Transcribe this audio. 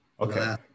Okay